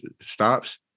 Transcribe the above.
stops